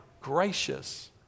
gracious